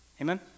Amen